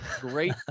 great